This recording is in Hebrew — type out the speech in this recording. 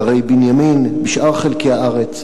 בהרי בנימין ובשאר חלקי הארץ.